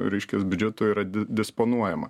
reiškias biudžetu yra disponuojama